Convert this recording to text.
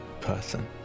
person